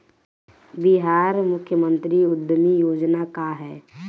बिहार मुख्यमंत्री उद्यमी योजना का है?